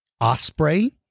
osprey